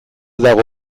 dago